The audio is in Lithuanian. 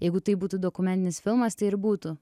jeigu tai būtų dokumentinis filmas tai ir būtų